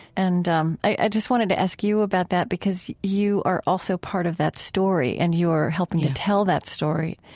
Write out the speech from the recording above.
and um i just wanted to ask you about that, because you are also part of that story and you're helping to tell that story.